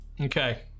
Okay